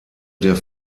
der